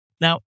Now